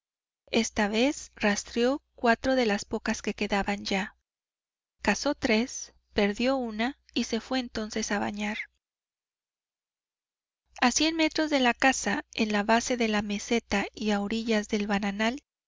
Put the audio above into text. esta vez rastreó cuatro de las pocas que quedaban ya cazó tres perdió una y se fué entonces a bañar a cien metros de la casa en la base de la meseta y a orillas del bananal